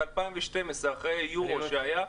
ב-2012, אחרי אירו שהיה.